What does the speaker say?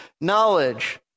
knowledge